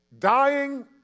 Dying